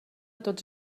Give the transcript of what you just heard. tots